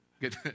good